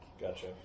Gotcha